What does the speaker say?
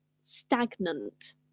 stagnant